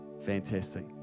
Fantastic